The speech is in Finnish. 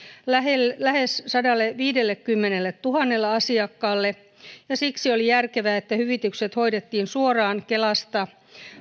lähes sadalleviidellekymmenelletuhannelle asiakkaalle ja siksi oli järkevää että hyvitykset hoidettiin suoraan kelasta